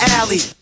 alley